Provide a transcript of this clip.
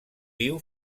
viu